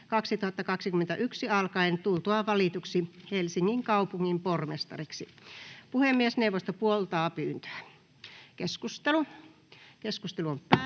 8.9.2021 alkaen tultuaan valituksi Tampereen kaupungin pormestariksi. Puhemiesneuvosto puoltaa pyyntöä. [Speech 2]